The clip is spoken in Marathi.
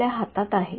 आपल्या हातात आहे